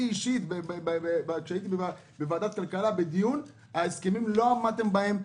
אישית כשהייתי בדיון בוועדת הכלכלה לא עמדתם בהסכמים,